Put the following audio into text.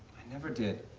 never did.